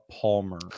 Palmer